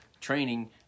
training